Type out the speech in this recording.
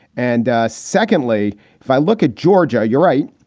and secondly, if i look at georgia, you're right.